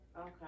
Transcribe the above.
Okay